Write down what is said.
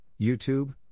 YouTube